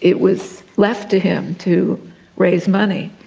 it was left to him to raise money.